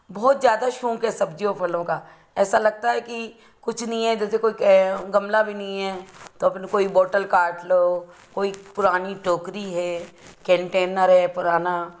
बहुत ज़्यादा शौक़ है सब्ज़ियों फलों का ऐसा लगता है कि कुछ नहीं है जैसे कोई गमला भी नहीं है तो अपन कोई बोटल काट लो कोई पुरानी टोकरी है केनटेनर है पुराना